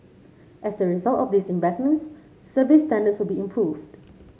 as a result of these investments service standards will be improved